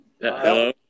Hello